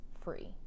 free